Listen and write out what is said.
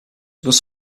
must